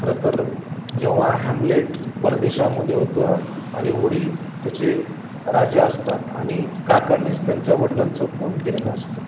खरंंतर जेव्हा हॅम्लेट परदेशामध्ये होतं आणि वडील त्याचे राजा असतात आणि काकांनीच त्यांच्या वडिलांचा खून केलेला असतो